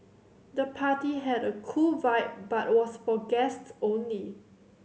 the party had a cool vibe but was for guests only